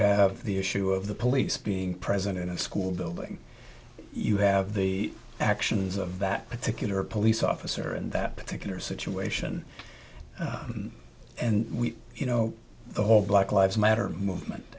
have the issue of the police being present in a school building you have the actions of that particular police officer in that particular situation and we you know the whole black lives matter movement